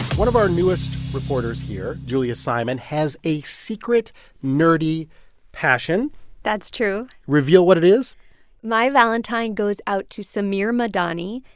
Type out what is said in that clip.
one of our newest reporters here, julia simon, has a secret nerdy passion that's true reveal what it is my valentine goes out to samir madani,